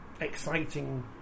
exciting